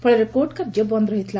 ଫଳରେ କୋର୍ଟ କାର୍ଯ୍ୟ ବନ୍ଦ ରହିଥିଲା